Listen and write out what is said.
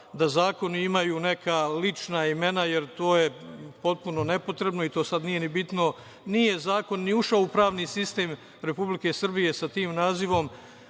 da zakoni imaju neka lična imena, jer to je potpuno nepotrebno i to sad nije ni bitno. Nije zakon ni ušao u pravni sistem Republike Srbije sa tim nazivom,